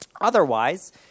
Otherwise